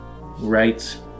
right